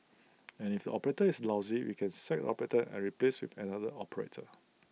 and if the operator is lousy we can sack operator and replace with another operator